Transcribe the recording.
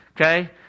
Okay